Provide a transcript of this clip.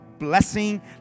Blessing